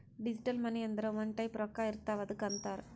digital money ಅಂದುರ್ ಒಂದ್ type ರೊಕ್ಕಾ ಇರ್ತಾವ್ ಅದ್ದುಕ್ ಅಂತಾರ್